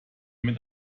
mit